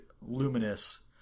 Luminous